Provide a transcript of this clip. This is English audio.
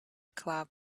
club